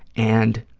and